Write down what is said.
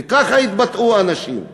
וככה התבטאו האנשים פה.